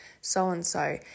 so-and-so